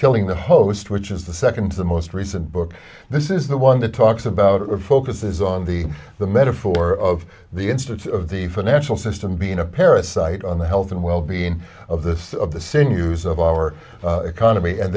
killing the host which is the second to the most recent book this is the one that talks about it focuses on the the metaphor of the instance of the financial system being a parasite on the health and well being of the of the sinews of our economy and